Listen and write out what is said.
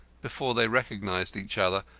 before they recognised each other.